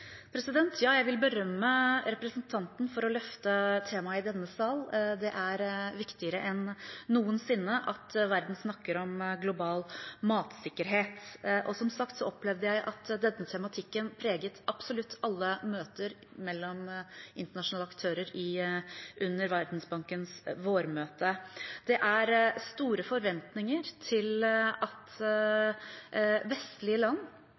Ja, jeg vil berømme representanten for å løfte temaet i denne sal. Det er viktigere enn noensinne at verden snakker om global matsikkerhet, og som sagt opplevde jeg at denne tematikken preget absolutt alle møter mellom internasjonale aktører under Verdensbankens vårmøte. Det er store forventninger til at vestlige land bidrar, ikke bare i